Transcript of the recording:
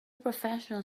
professional